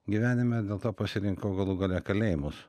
gyvenime dėl to pasirinkau galų gale kalėjimus